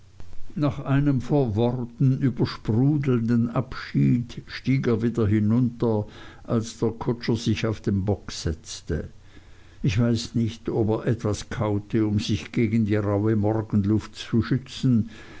nach einem vor worten übersprudelnden abschied stieg er wieder hinunter als der kutscher sich auf den bock setzte ich weiß nicht ob er etwas kaute um sich gegen die rauhe morgenluft zu schützen